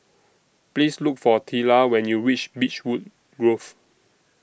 Please Look For Tilla when YOU REACH Beechwood Grove